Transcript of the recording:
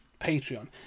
Patreon